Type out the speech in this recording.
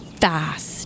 fast